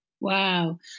Wow